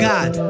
God